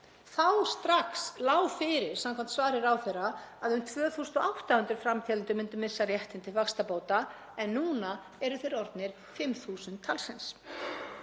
Þá strax lá fyrir, samkvæmt svari ráðherra, að um 2.800 framteljendur myndu missa réttinn til vaxtabóta en núna eru þeir orðnir um 5.000 talsins.